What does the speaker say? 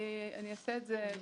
אני אעשה את זה בקצרה,